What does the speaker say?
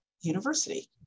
University